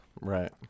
right